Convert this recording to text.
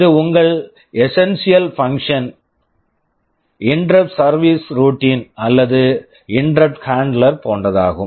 இது உங்கள் essential function essential function interrupt service subroutine interrupt service subroutine அல்லது interrupt handler interrupt handler போன்றதாகும்